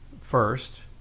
first